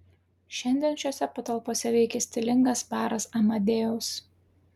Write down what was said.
šiandien šiose patalpose veikia stilingas baras amadeus